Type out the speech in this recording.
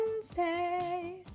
Wednesday